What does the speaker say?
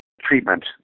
treatment